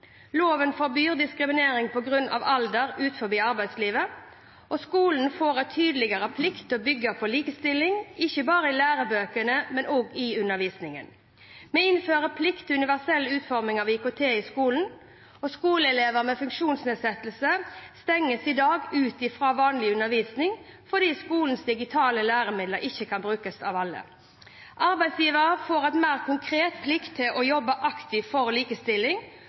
Loven forbyr diskriminering på grunn av alder utenfor arbeidslivet. Skolene får en tydeligere plikt til å bygge på likestilling, ikke bare i lærebøkene, men også i undervisningen. Vi innfører plikt til universell utforming av IKT i skolen. Skoleelever med funksjonsnedsettelse stenges i dag ute fra vanlig undervisning fordi skolens digitale læremidler ikke kan brukes av alle. Arbeidsgivere får en mer konkret plikt til å jobbe aktivt for likestilling.